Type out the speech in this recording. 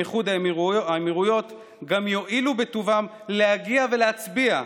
איחוד האמירויות גם יואילו בטובם להגיע ולהצביע,